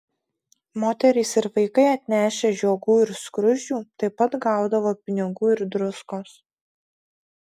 moterys ir vaikai atnešę žiogų ir skruzdžių taip pat gaudavo pinigų ir druskos